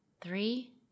three